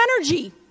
energy